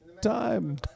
time